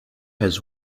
has